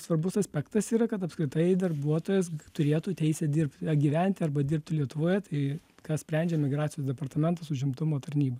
svarbus aspektas yra kad apskritai darbuotojas turėtų teisę dirb gyventi arba dirbti lietuvoje tai ką sprendžia migracijos departamentas užimtumo tarnyba